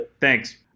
Thanks